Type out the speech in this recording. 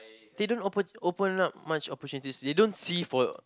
they don't open open up much opportunities they don't see for